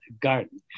garden